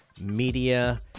Media